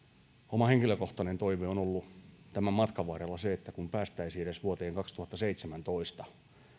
oma henkilökohtainen toiveeni on ollut tämän matkan varrella se että päästäisiin edes vuoteen kaksituhattaseitsemäntoista